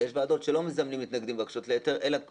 ויש ועדות שלא מזמנים מתנגדים לבקשות להיתר אלא מקריאים.